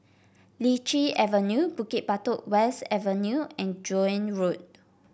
Lichi Avenue Bukit Batok West Avenue and Joan Road